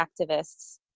activists